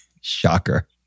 Shocker